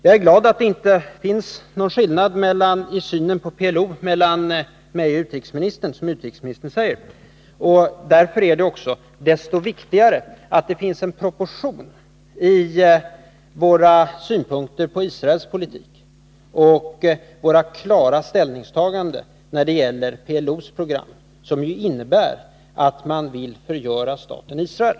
Jag är glad för att utrikesministern säger att det mellan honom och mig inte finns någon skillnad i synen på PLO. Men då är det desto viktigare med en proportion mellan våra uttalanden om Israels politik och våra klara ställningstaganden när det gäller PLO:s program, vilket innebär att PLO vill förgöra staten Israel.